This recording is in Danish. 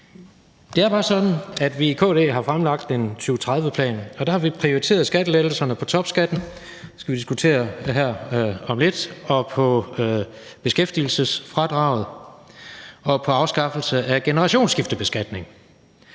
Det er bare sådan, at vi i KD har fremlagt en 2030-plan, og der har vi prioriteret skattelettelserne på topskatten, som vi skal diskutere her om lidt, beskæftigelsesfradraget og afskaffelse af generationsskiftebeskatningen.